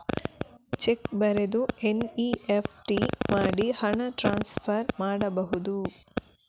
Check ಬರೆದು NEFT ಮಾಡಿ ಹಣ ಟ್ರಾನ್ಸ್ಫರ್ ಮಾಡಬಹುದು?